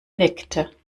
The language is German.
nickte